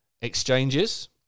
exchanges